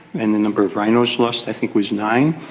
and the number of rhinos lost i think was nine.